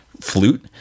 flute